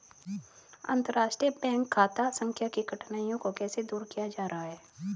अंतर्राष्ट्रीय बैंक खाता संख्या की कठिनाइयों को कैसे दूर किया जा रहा है?